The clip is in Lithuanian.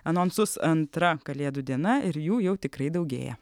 anonsus antra kalėdų diena ir jų jau tikrai daugėja